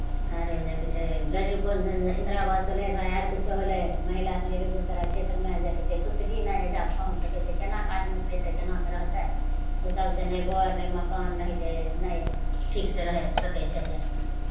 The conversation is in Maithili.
आरो जेकि छै गरीब कोन इन्द्रा आवास होलै भाय आर किछो होलै महिलाके लिए बेगूसराय क्षेत्रमे जएह किछु किछु भी नहि हइ जा पहुँचि सकै छै केना कऽ आदमी खयतै केना कऽ आदमी रहतै ओ सभसँ नहि घर नहि मकान रहै छै नहि ठीकसँ रहि सकै छै आर